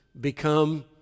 become